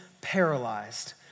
paralyzed